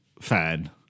fan